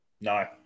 No